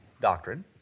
doctrine